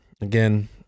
again